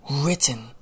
written